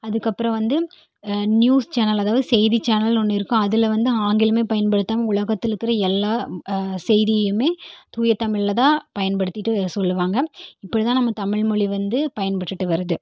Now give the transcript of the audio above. அதுக்கப்புறம் வந்து news channel அதாவது செய்திச் சேனல்னு ஒன்று இருக்கும் அதில் வந்து ஆங்கிலமே பயன்படுத்தாமல் உலகத்தில் இருக்கிற எல்லா செய்தியையுமே தூய தமிழில் தான் பயன்படுத்திகிட்டு சொல்லுவாங்க இப்படி தான் நம்ம தமிழ் மொழி வந்து பயன்பட்டுகிட்டு வருது